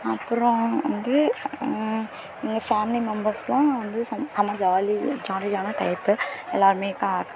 அப்புறம் வந்து எங்கள் பேமிலி மெம்பர்ஸெலாம் வந்து செம செம்ம ஜாலி ஜாலியான டைப்பு எல்லாேருமே க